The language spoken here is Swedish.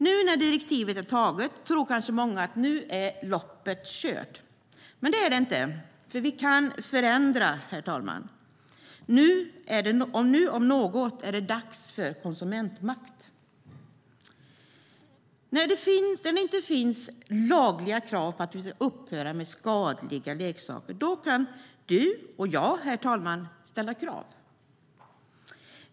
Nu när direktivet är antaget tror kanske många att loppet är kört, men det är det inte. Vi kan förändra. Nu om någonsin är det dags för konsumentmakt. När det inte finns lagliga krav på att vi ska upphöra med skadliga leksaker då kan du och jag, herr talman, ställa krav.